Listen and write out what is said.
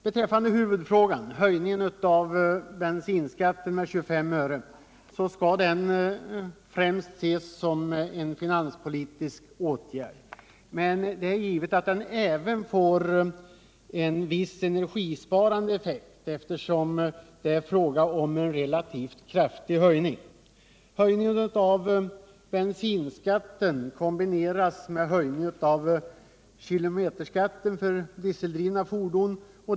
Huvudfrågan är alltså höjningen av bensinskatten med 25 öre. Den skall främst ses som en finanspolitisk åtgärd, men det är givet att den även får en viss energisparande effekt, eftersom det är fråga om en relativt kraftig höjning. Höjningen av bensinskatten kombineras med höjning av kilometerskatten för dieseldrivna fordon.